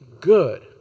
good